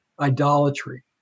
idolatry